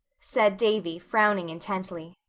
said davy, frowning intently.